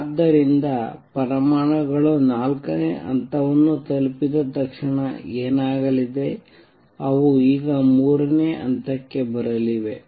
ಆದ್ದರಿಂದ ಪರಮಾಣುಗಳು 4 ನೇ ಹಂತವನ್ನು ತಲುಪಿದ ತಕ್ಷಣ ಏನಾಗಲಿದೆ ಅವು ಈಗ 3 ನೇ ಹಂತಕ್ಕೆ ಬರಲಿವೆ